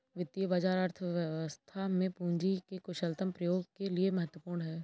वित्तीय बाजार अर्थव्यवस्था में पूंजी के कुशलतम प्रयोग के लिए महत्वपूर्ण है